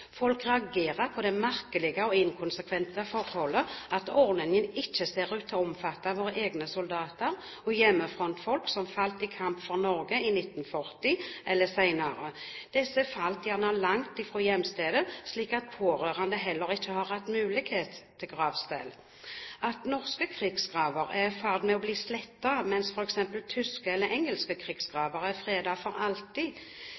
Folk reagerer på det merkelige og inkonsekvente forholdet at ordningen ikke ser ut til å omfatte våre egne soldater og hjemmefrontfolk som falt i kamp for Norge i 1940 eller senere. Disse falt gjerne langt fra hjemstedet, slik at pårørende heller ikke har hatt mulighet til gravstell. At norske krigsgraver er i ferd med å bli slettet, mens f.eks. tyske eller engelske